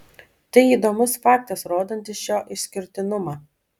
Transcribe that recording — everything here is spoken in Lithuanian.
tai įdomus faktas rodantis šio išskirtinumą